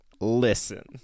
listen